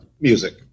music